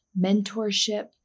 mentorship